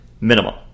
Minimum